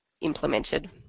implemented